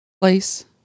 place